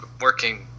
working